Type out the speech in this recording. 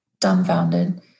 dumbfounded